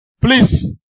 Please